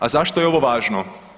A zašto je ovo važno?